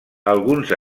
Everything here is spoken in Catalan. alguns